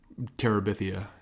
Terabithia